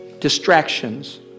Distractions